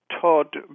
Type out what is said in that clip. Todd